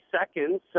seconds